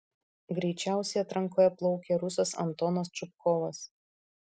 greičiausiai atrankoje plaukė rusas antonas čupkovas